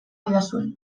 didazue